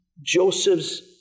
Joseph's